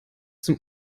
zum